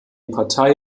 partei